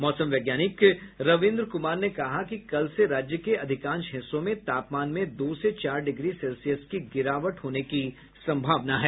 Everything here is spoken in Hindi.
मौसम वैज्ञानिक रविन्द्र कुमार ने कहा कि कल से राज्य के अधिकांश हिस्सों में तापमान में दो से चार डिग्री सेल्सियस की गिरावट होने की संभावना है